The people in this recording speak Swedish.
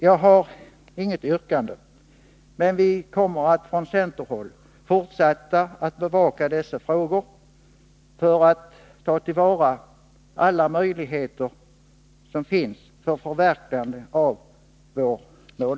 Jag har inget yrkande, men vi kommer från centerhåll att fortsätta att bevaka dessa frågor för att ta till vara alla möjligheter till förverkligande av vårt mål.